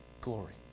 glory